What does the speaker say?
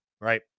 right